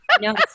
no